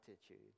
attitudes